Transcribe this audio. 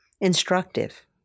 instructive